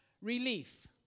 relief